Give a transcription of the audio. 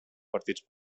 partits